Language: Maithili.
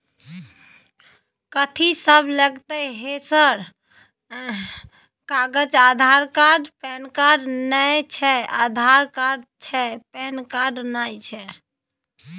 कथि सब लगतै है सर कागज आधार कार्ड पैन कार्ड नए छै आधार कार्ड छै पैन कार्ड ना छै?